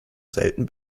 selten